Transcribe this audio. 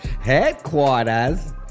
Headquarters